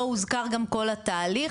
לא הוזכר גם כל התהליך,